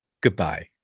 Goodbye